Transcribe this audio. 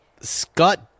Scott